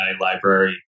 library